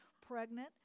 pregnant